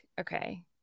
okay